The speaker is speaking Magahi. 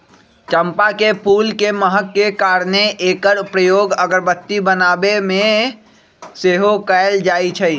चंपा के फूल के महक के कारणे एकर प्रयोग अगरबत्ती बनाबे में सेहो कएल जाइ छइ